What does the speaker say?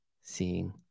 seeing